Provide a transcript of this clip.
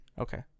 Okay